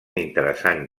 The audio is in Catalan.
interessant